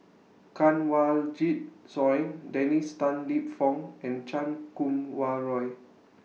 Kanwaljit Soin Dennis Tan Lip Fong and Chan Kum Wah Roy